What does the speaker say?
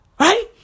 Right